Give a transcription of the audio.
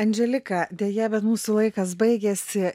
andželika deja bet mūsų laikas baigėsi